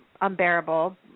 unbearable